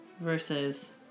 versus